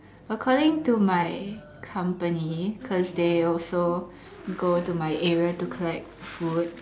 according to my company cause they also go to my area to collect food